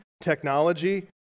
technology